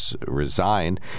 resigned